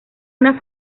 una